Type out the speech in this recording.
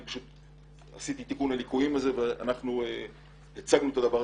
אני פשוט עשיתי תיקון לליקויים ואנחנו הצגנו זאת,